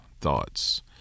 thoughts